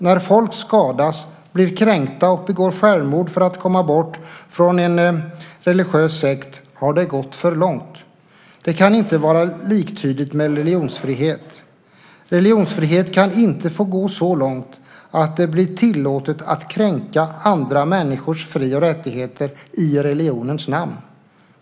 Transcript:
När folk skadas, blir kränkta och begår självmord för att komma bort från en religiös sekt har det gått för långt. Det kan inte vara liktydigt med religionsfrihet. Religionsfriheten kan inte få gå så långt att det blir tillåtet att kränka andra människors fri och rättigheter i religionens namn.